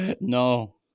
No